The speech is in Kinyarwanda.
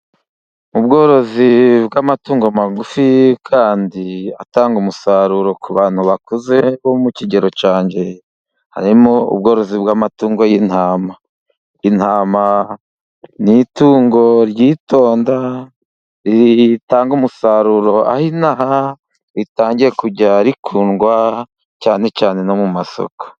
Ubworozi bw'amatungo magufi kandi atanga umusaruro ku bantu bakuze bo mu kigero cyanjye, harimo ubworozi bw'amatungo y'intama. Intama ni tungo ryitonda ritanga umusaruro, aho inaha ritangiye kujya rikundwa, cyane cyane no mu masoko.